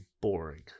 boring